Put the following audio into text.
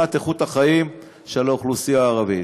את איכות החיים של האוכלוסייה הערבית.